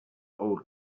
old